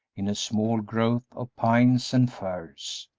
in a small growth of pines and firs.